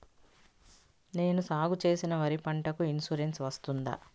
నేను సాగు చేసిన వరి పంటకు ఇన్సూరెన్సు వస్తుందా?